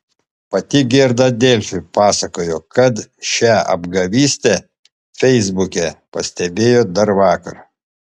pati gerda delfi pasakojo kad šią apgavystę feisbuke pastebėjo dar vakar